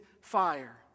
fire